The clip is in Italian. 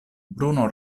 bruno